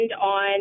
on